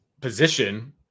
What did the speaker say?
position